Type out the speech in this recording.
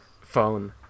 phone